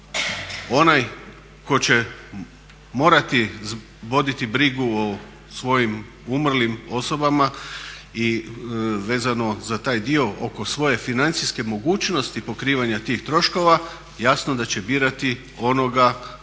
onaj tko će morati voditi brigu o svojim umrlim osobama i vezano za taj dio oko svoje financijske mogućnosti pokrivanja tih troškova jasno da će birati onoga tko